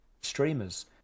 streamers